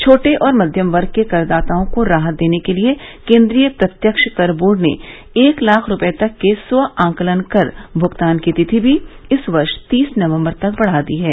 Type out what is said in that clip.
छोटे और मध्यम वर्ग के कर दाताओं को राहत देने के लिए केन्द्रीय प्रत्यक्ष कर बोर्ड ने एक लाख रुपये तक के स्व आंकलन कर भुगतान की तिथि भी इस वर्ष तीस नवंबर तक बढ़ा दी है